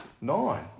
nine